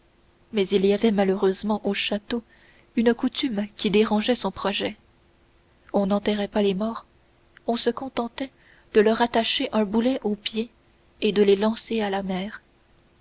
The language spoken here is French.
mais il y avait malheureusement au château une coutume qui dérangeait son projet on n'enterrait pas les morts on se contentait de leur attacher un boulet aux pieds et de les lancer à la mer